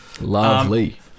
Lovely